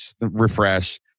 refresh